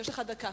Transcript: יש לך דקה.